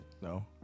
No